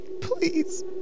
Please